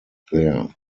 there